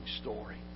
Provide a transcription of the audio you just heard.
story